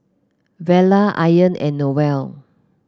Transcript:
Vella Ayaan and Noel